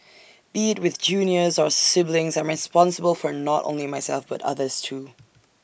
be IT with juniors or siblings I'm responsible for not only myself but others too